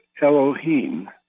Elohim